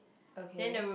okay